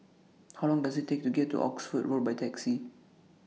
How Long Does IT Take to get to Oxford Road By Taxi